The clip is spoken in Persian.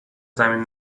زمین